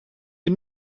you